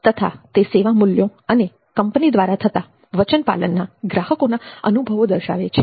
તથા તે સેવા મૂલ્યો અને કંપની દ્વારા થતા વચનપાલનના ગ્રાહકોના અનુભવો દર્શાવે છે